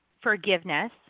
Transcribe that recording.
forgiveness